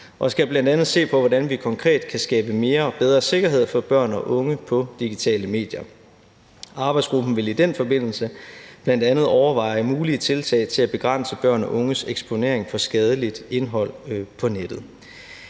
og skal bl.a. se på, hvordan vi konkret kan skabe mere og bedre sikkerhed for børn og unge på digitale medier. Arbejdsgruppen vil i den forbindelse bl.a. overveje mulige tiltag til at begrænse børns og unges eksponering for skadeligt indhold på nettet.